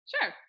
Sure